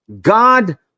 God